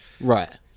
Right